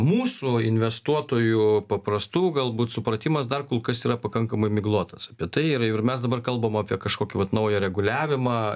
mūsų investuotojų paprastų galbūt supratimas dar kol kas yra pakankamai miglotas apie tai ir ir mes dabar kalbame apie kažkokį naują reguliavimą